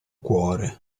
cuore